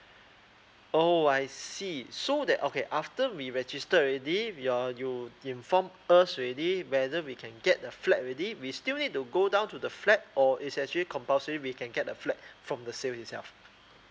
oh I see so that okay after we registered already we all you inform us already whether we can get a flat already we still need to go down to the flat or is actually compulsory we can get a flat from the sale itself